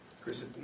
Chris